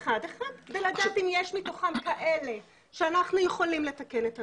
אחד אחד כדי לדעת אם יש מתוכם כאלה שאנחנו יכולים לתקן את הרישום,